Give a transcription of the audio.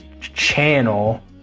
channel